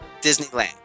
Disneyland